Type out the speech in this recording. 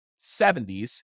70s